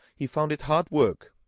he found it hard work,